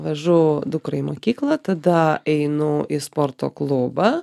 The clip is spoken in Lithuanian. vežu dukrą į mokyklą tada einu į sporto klubą